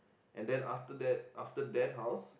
and then after that after that house